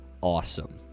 awesome